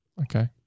Okay